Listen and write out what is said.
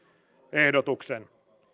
ehdotuksen